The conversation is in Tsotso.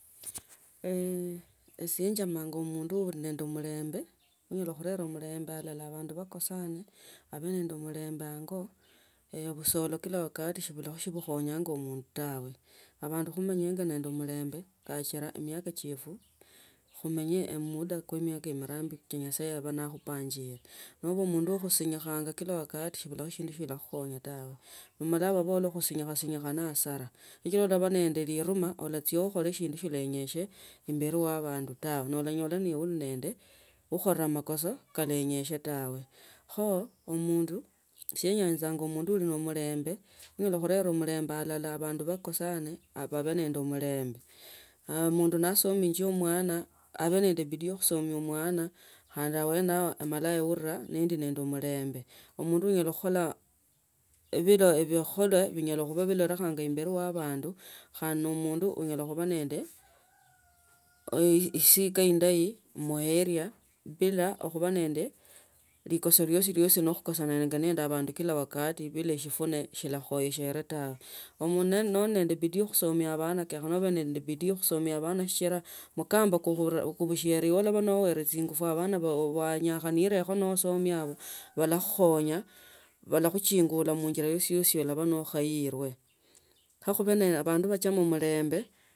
ise njama mundu woli nende mulembe anyala khunda amurembe bandu bakosane babe nende mulembe ango busolo kila wakati shibula shilukhonya abundu tawe. Abandu khumenyenge nende mulembe kachira emiaka chiefwe khumenye emuda kwa miaka mirambi nyasaye yabaa na khupangale noba mundu wa khusinyikha kila wakati shibulao shindu shilakhukhonya tawe wamala babola khusinyikha sinyikha ne hasara sichila olabaa nende lirima olachia okhole shindu shikhusinyisie imbeli wa abandu taa olanyola nibe uli nende wa khuichola mkosa. Kakhusinyisie tawe kho ise nyanzanga mundu ole nende mulimbe onyala khumla muriembe alala abandu bakosane babe nende nnulembe aah mundu ne asomishe abana abee nende bidii ya khusomesia mwana khandu abee neuriranga ali nende mulembe o mundu onyala khuikhola ibele binyala khulonikhanga imbeli wa abandu khande ne amunda onyala khulendwa nende esika indayi muarea bila khabaa nende likiso liasi hosi lea khukosana nende abandi kila wakati bila shifuna shilakhuosere tawe. Omundu nali nende bidii ya khusoma sana kenya ube nende bidii ya khusomua bana sichila mkamba kubushiere nowore chingofu abana babo banyakhaniekho nosomia balakhukhonya bala khuchingula muinjira yosi yosi ya olaba nokhailwe khokhube abandu bachamianga omulembe.